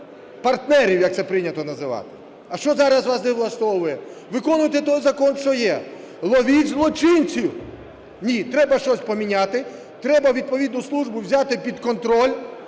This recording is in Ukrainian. партнерів, як це прийнято називати. А що зараз вас не влаштовує? Виконуйте той закон, що є, ловіть злочинців. Ні, треба щось поміняти, треба відповідну службу взяти під контроль...